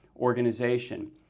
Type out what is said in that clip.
organization